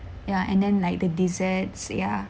ya and then like the desserts ya